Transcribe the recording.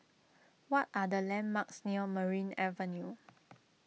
what are the landmarks near Merryn Avenue